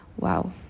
Wow